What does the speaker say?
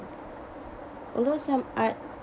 although some art